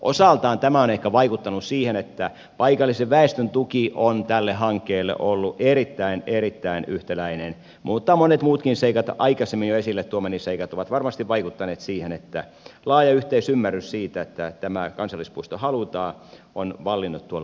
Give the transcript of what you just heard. osaltaan tämä on ehkä vaikuttanut siihen että paikallisen väestön tuki on tälle hankkeelle ollut erittäin erittäin yhtäläinen mutta monet muutkin seikat aikaisemmin jo esille tuomani seikat ovat varmasti vaikuttaneet siihen että laaja yhteisymmärrys siitä että tämä kansallispuisto halutaan on vallinnut tuolla alueella